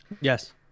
Yes